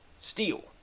Steel